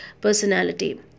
personality